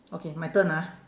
okay my turn ah